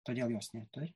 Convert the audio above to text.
todėl jos neturi